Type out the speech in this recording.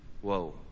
Whoa